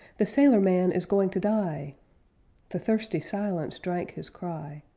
the sailor-man is going to die the thirsty silence drank his cry.